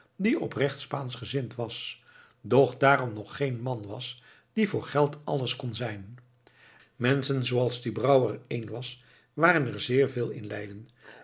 die oprecht spaanschgezind was doch daarom nog geen man was die voor geld alles kon zijn menschen zooals die brouwer er een was waren er zeer veel in leiden